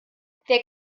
wer